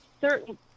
certain